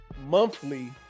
monthly